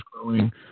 growing